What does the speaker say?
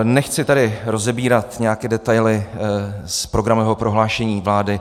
Nechci tady rozebírat nějaké detaily z programového prohlášení vlády.